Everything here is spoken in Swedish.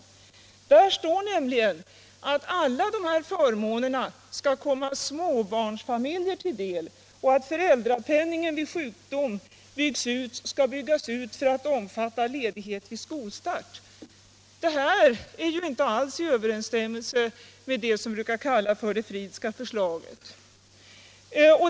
Där står nämligen att alla förmånerna skall komma endast småbarnsfamiljer till del och att föräldrapenningen vid sjukdom skall byggas ut för att omfatta ledighet vid skolstart. Det är ju inte alls i överensstämmelse med det förslag som vi lade fram inför valet.